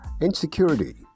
Insecurity